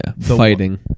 fighting